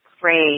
great